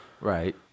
Right